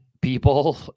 people